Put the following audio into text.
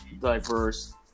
diverse